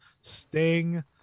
sting